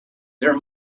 there